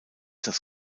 das